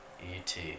E-T